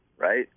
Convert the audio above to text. Right